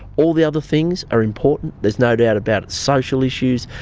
all the other things are important, there's no doubt about it, social issues.